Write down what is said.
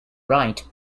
right